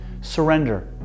surrender